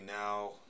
now